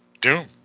Doom